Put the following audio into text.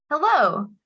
Hello